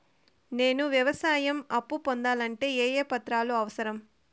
నేను వ్యవసాయం అప్పు పొందాలంటే ఏ ఏ పత్రాలు అవసరం?